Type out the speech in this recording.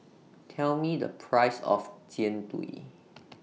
Tell Me The Price of Jian Dui